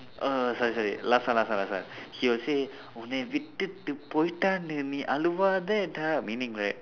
oh sorry sorry last one last one last one he will say உன்னை விட்டுட்டு போயிட்டா நீ அழுவாதடா:unnai vitdutdu pooyitdaa nii azhuvaathadaa meaning right